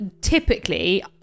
typically